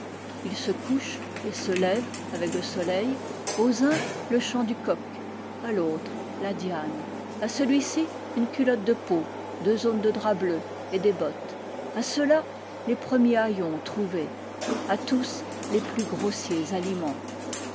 ils se couchent et se lèvent avec le soleil aux uns le chant du coq à l'autre la diane à celui-ci une culotte de peau deux aunes de drap bleu et des bottes à ceux-là les premiers haillons trouvés à tous les plus grossiers aliments